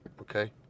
Okay